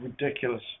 ridiculous